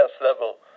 level